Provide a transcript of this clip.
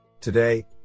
Today